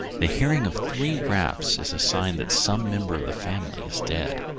the hearing of three raps is a sign that some member of the family is dead.